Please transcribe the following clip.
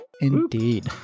Indeed